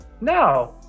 No